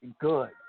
Good